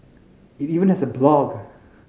it even has a blog